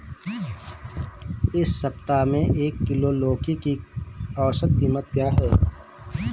इस सप्ताह में एक किलोग्राम लौकी की औसत कीमत क्या है?